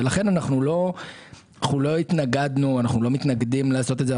אנחנו לא התנגדנו, אנחנו לא מתנגדים לעשות את זה.